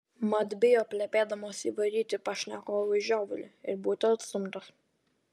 mat bijo plepėdamos įvaryti pašnekovui žiovulį ir būti atstumtos